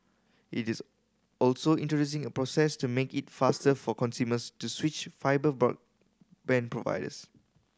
it is also introducing a process to make it faster for consumers to switch fibre broadband providers